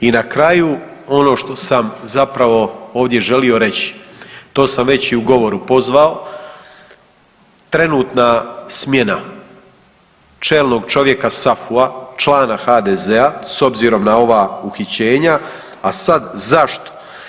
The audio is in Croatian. I na kraju, ono što sam zapravo ovdje želio reći, to sam već i u govoru pozvao, trenutna smjena čelnog čovjeka SAFU-a, člana HDZ-a, s obzirom na ova uhićenja, a sad, zašto?